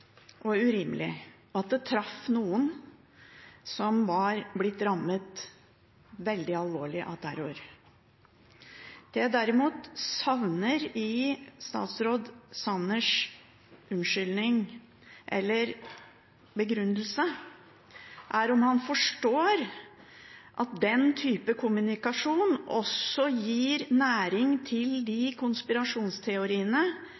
og urimelig, og at det traff noen som var blitt rammet veldig alvorlig av terror. Det jeg derimot savner i statsråd Sanners unnskyldning eller begrunnelse, er om han forstår at den typen kommunikasjon også gir næring til